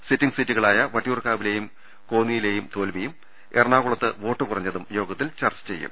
sitting സീറ്റുകളായ വട്ടിയൂർക്കാവിലേയും കോന്നിയിലേയും തോൽവിയും എറണാകുളത്ത് വോട്ട് കുറഞ്ഞതും യോഗത്തിൽ ചർച്ച ചെയ്യും